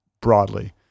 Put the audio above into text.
broadly